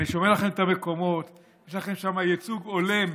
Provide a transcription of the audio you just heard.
אני שומר לכם את המקומות, יש לכם שם ייצוג הולם.